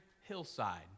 hillside